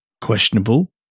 Questionable